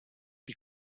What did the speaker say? die